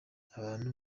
abantu